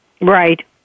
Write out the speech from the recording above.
Right